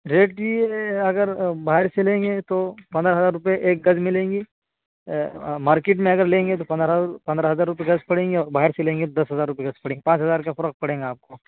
rate یہ اگر باہر سے لیں گے تو پندر ہزار روپے ایک گز ملیں گی مارکیٹ میں اگر لیں گے تو پندرہ پندرہ ہزار روپے گز پڑیں گے اور باہر سے لیں گے تو دس ہزار روپے گز پڑیں گے پانچ ہزار کا فرق پڑیں گا آپ کو